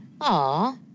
aw